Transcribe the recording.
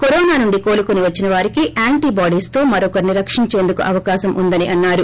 corona నుండి కోలుకొని వచ్చిన వారికి యాంటీ బాడీస్ తో మరొకరిని రక్షించేందుకు అవకాశం ఉందని చెప్పారు